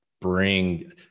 bring